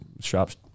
shops